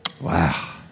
Wow